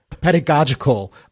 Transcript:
pedagogical